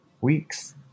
weeks